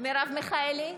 מרב מיכאלי,